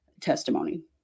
testimony